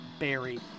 Barry